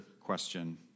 question